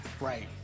Right